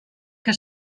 que